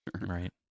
Right